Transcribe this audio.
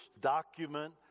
document